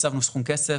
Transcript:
הקצבנו סכום כסף,